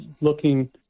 looking